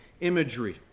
imagery